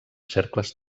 cercles